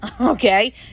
okay